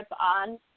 on